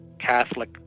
Catholic